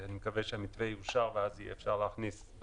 אני מקווה שהמתווה יאושר ואז יהיה אפשר להכניס תיירים,